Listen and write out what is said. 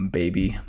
baby